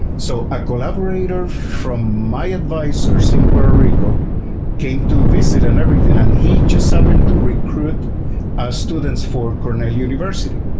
so a collaborator from my advisors in puerto rico came to visit and everything, and he just happened to recruit students for cornell university.